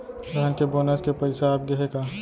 धान के बोनस के पइसा आप गे हे का?